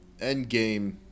Endgame